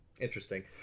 interesting